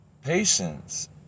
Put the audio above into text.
Patience